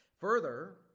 Further